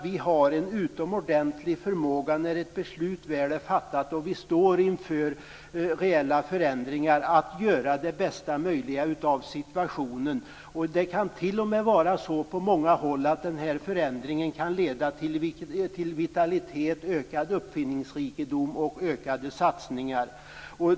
Vi har ju en utomordentlig förmåga att, när ett beslut väl är fattat och vi står inför reella förändringar, göra det bästa möjliga av situationen. På många håll kan förändringen t.o.m. leda till vitalitet, ökad uppfinningsrikedom och ökade satsningar.